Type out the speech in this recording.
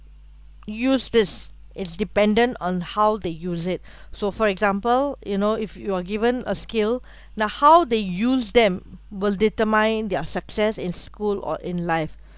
use this it's dependent on how they use it so for example you know if you're given a skill now how they use them will determine their success in school or in life